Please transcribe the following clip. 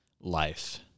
life